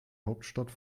hauptstadt